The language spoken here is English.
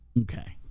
Okay